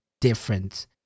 different